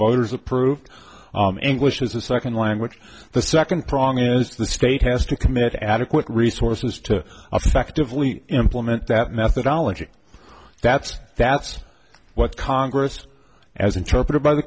voters approved english as a second language the second prong is the state has to commit adequate resources to affectively implement that methodology that's that's what congress as interpreted by the